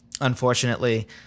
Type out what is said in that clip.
unfortunately